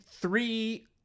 three